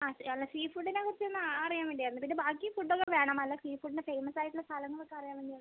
ആ അല്ല സീ ഫുഡിനെ കുറിച്ചൊന്ന് അറിയാൻ വേണ്ടിയായിരുന്നു പിന്നെ ബാക്കി ഫുഡൊക്കെ വേണം അല്ല സീ ഫുഡിന് ഫേമസ് ആയിട്ടുള്ള സ്ഥലങ്ങള് ഒക്കെ അറിയാൻ വേണ്ടിയായിരുന്നു